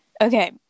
Okay